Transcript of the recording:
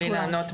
אני חושב